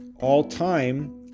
All-time